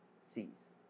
sees